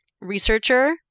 researcher